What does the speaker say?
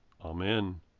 Amen